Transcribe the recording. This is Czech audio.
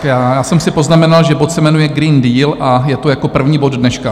Já jsem si poznamenal, že bod se jmenuje Green Deal a je to jako první bod dneška.